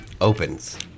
opens